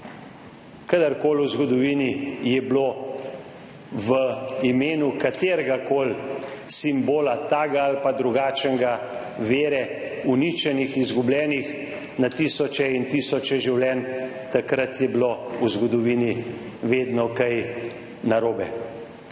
Kadarkoli v zgodovini je bilo v imenu kateregakoli simbola, takega ali drugačnega, vere uničenih in izgubljenih na tisoče in tisoče življenj, takrat je bilo v zgodovini vedno kaj narobe.